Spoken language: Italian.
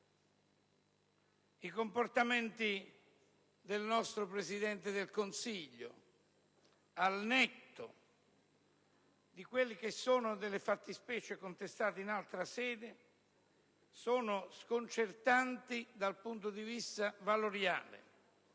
I comportamenti del nostro Presidente del Consiglio, al netto delle fattispecie contestate in altra sede, sono sconcertanti dal punto di vista valoriale: